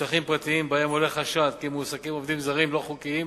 לשטחים פרטיים שבהם עולה חשד כי מועסקים עובדים זרים לא-חוקיים